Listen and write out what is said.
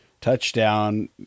touchdown